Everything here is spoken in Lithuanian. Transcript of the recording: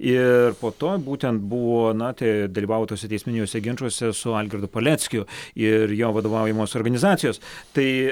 ir po to būtent buvo na tie dalyvavo tuose teisminiuose ginčuose su algirdu paleckiu ir jo vadovaujamos organizacijos tai